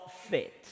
fit